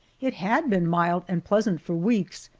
it had been mild and pleasant for weeks,